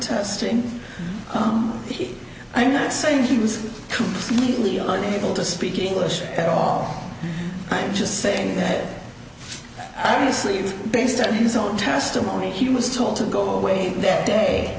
testing i'm not saying he was completely on able to speak english at all i'm just saying that if i mislead based on his own testimony he was told to go away that day